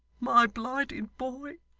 my blighted boy!